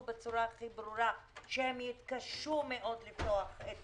בצורה הכי ברורה שהם יתקשו מאוד לפתוח את